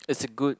it's a good